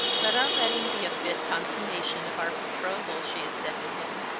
let our wedding be a fit consummation of our betrothal, she had said to him,